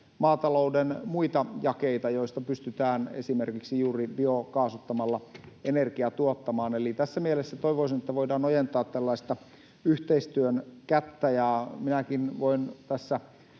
maatalouden muita jakeita, joista pystytään esimerkiksi juuri biokaasuttamalla tuottamaan energiaa. Eli tässä mielessä toivoisin, että voidaan ojentaa tällaista yhteistyön kättä, ja minäkin voin tässä